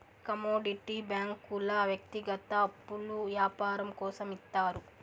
commodity బ్యాంకుల వ్యక్తిగత అప్పులు యాపారం కోసం ఇత్తారు